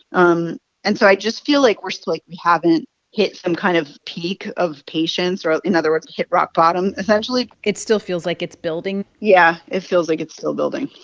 um and so i just feel like we're so like, we haven't hit some kind of peak of patients in other words, hit rock bottom, essentially it still feels like it's building yeah, it feels like it's still building.